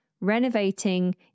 Renovating